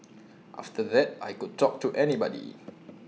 after that I could talk to anybody